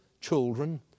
children